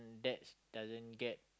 that's doesn't get